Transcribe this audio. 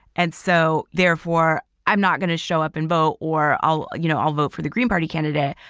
and so therefore i'm not going to show up and vote or i'll you know i'll vote for the green party candidate.